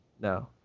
No